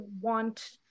want